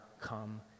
come